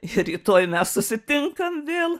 ir rytoj mes susitinkam vėl